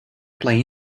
play